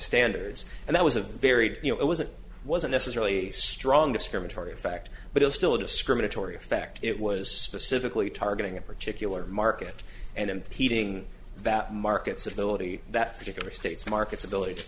standards and that was a very you know it was it wasn't necessarily a strong discriminatory effect but it is still a discriminatory effect it was specifically targeting a particular market and impeding that markets ability that particular states markets ability to